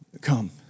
come